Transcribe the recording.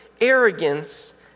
arrogance